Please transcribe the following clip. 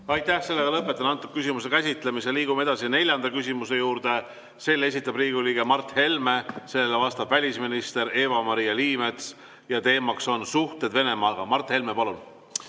käsitlemise. Lõpetan selle küsimuse käsitlemise. Liigume edasi neljanda küsimuse juurde. Selle esitab Riigikogu liige Mart Helme ja sellele vastab välisminister Eva-Maria Liimets. Teema on suhted Venemaaga. Mart Helme, palun!